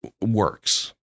works